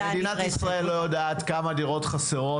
מדינת ישראל לא יודעת כמה דירות חסרות